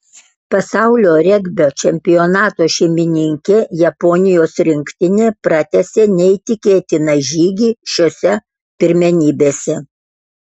pasaulio regbio čempionato šeimininkė japonijos rinktinė pratęsė neįtikėtiną žygį šiose pirmenybėse